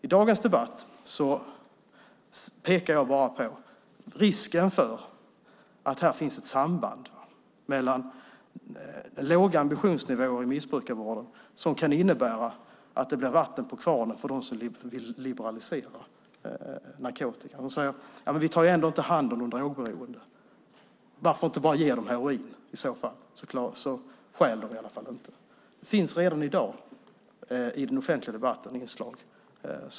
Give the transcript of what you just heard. I dagens debatt pekar jag bara på risken för att det finns ett samband mellan låga ambitionsnivåer i missbrukarvården och att det blir vatten på kvarnen för dem som vill liberalisera narkotika. Man säger: Vi tar ändå inte hand om de drogberoende, så varför inte bara ge dem heroin? Då stjäl de i alla fall inte. Inslag som pekar åt detta håll finns redan i dag i den offentliga debatten.